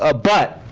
ah but,